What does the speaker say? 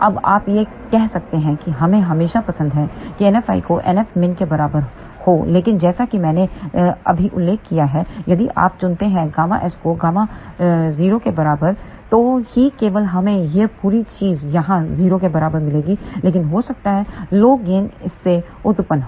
अब आप यह कह सकते हैं कि हमें हमेशा पसंद है की NFi को NFmin के बराबर हो लेकिन जैसा कि मैंने अभी उल्लेख किया है यदि आप चुनते हैं ΓS को Γ0 के बराबर तो ही केवल हमें यह पूरी चीज़ यहाँ पर 0 के बराबर मिलेगी लेकिन हो सकता है लो गेन इससे उत्पन्न हो